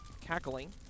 cackling